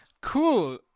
Cool